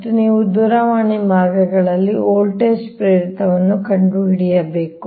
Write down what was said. ಮತ್ತು ನೀವು ದೂರವಾಣಿ ಮಾರ್ಗಗಳಲ್ಲಿ ವೋಲ್ಟೇಜ್ ಪ್ರೇರಿತವನ್ನು ಕಂಡುಹಿಡಿಯಬೇಕು